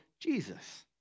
Jesus